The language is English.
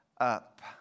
up